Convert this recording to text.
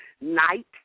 Night